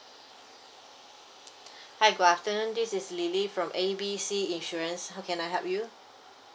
hi good afternoon this is lily from A B C insurance how can I help you